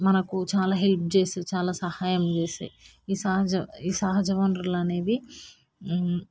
మనకు చాలా హెల్ప్ చేస్తాయి చాలా సహాయం చేస్తాయి ఈ సహజ ఈ సహజ వనరులు అనేవి